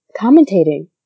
commentating